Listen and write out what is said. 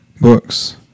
Books